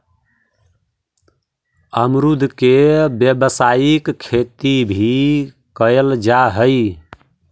अमरुद के व्यावसायिक खेती भी कयल जा हई